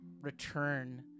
return